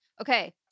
Okay